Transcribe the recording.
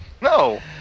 No